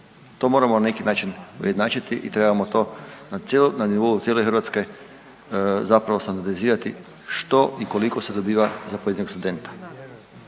To moramo na neki način ujednačiti i trebamo to na nivou cijele Hrvatske zapravo se organizirati što i koliko se dobiva za pojedinog studenta.